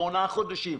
שמונה חודשים.